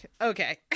Okay